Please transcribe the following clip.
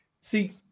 See